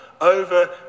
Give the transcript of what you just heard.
over